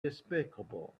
despicable